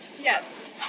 Yes